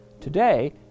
Today